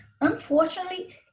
Unfortunately